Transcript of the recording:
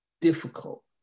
difficult